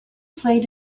played